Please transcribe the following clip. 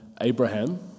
Abraham